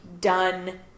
done